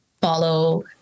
follow